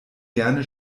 gerne